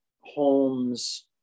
homes